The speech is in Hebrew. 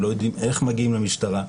הם לא יודעים איך מגיעים למשטרה,